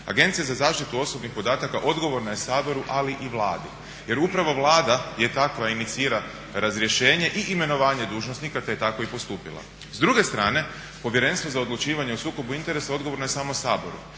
Agencija za zaštitu osobnih podataka odgovorna je Saboru ali i Vladi jer upravo Vlada je ta koja inicira razrješenje i imenovanje dužnosnika te je tako i postupila. S druge strane Povjerenstvo za odlučivanje o sukobu interesa odgovorno je samo Saboru